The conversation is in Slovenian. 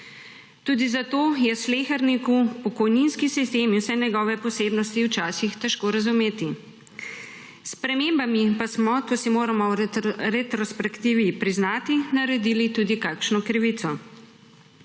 Tudi zato je sleherniku pokojninski sistem in vse njegove posebnosti včasih težko razumeti. S spremembami pa smo, to si moramo v retrospektivi priznati, naredili tudi kakšno krivico.